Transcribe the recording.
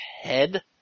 head